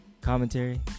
commentary